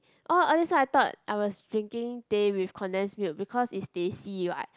orh all this while I thought I was drinking teh with condensed milk because it is teh C what